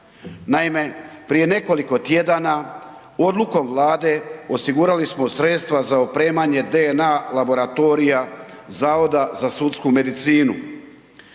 Naime, prije nekoliko tjedana odlukom Vlade osigurali smo sredstva za opremanje DNA laboratorija Zavoda za sudsku medicinu.